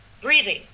breathing